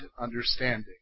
understanding